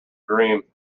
dream